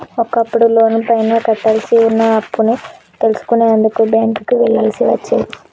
ఒకప్పుడు లోనుపైన కట్టాల్సి వున్న అప్పుని తెలుసుకునేందుకు బ్యేంకుకి వెళ్ళాల్సి వచ్చేది